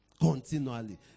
Continually